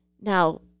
Now